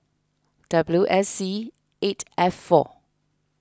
W S C eight F four